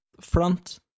front